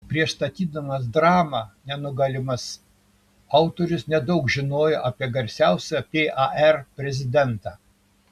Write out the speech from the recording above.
prieš statydamas dramą nenugalimas autorius nedaug žinojo apie garsiausią par prezidentą